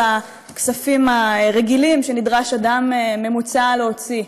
הכספים הרגילים שנדרש אדם ממוצע להוציא.